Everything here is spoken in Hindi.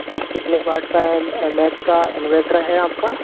कितने वॉट का एम ए एच का इनवर्टर है आपका